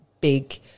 big